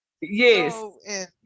Yes